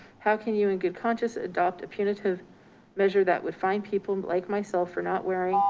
how can you in good conscious adopt a punitive measure that would fine people like myself for not wearing